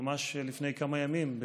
ממש לפני כמה ימים,